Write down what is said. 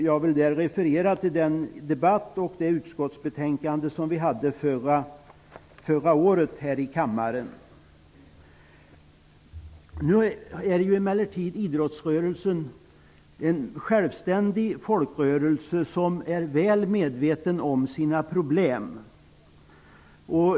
Jag vill referera till den debatt som vi förde kring ett utskottsbetänkande här i kammaren förra året. Idrottsrörelsen är emellertid en självständig folkrörelse som är väl medveten om sina problem.